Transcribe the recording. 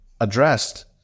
addressed